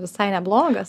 visai neblogas